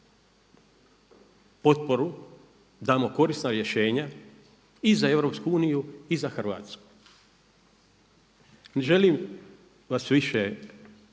potporu, damo korisna rješenja i za EU i za Hrvatsku. Ne želim vas više